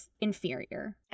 inferior